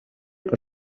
que